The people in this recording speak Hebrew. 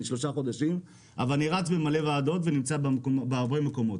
אני שלושה חודשים בכנסת אבל אני רץ בין הרבה ועדות ונמצא בהרבה מקומות.